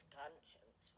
conscience